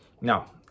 Now